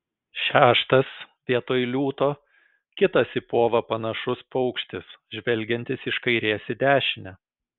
šeštas vietoj liūto kitas į povą panašus paukštis žvelgiantis iš kairės į dešinę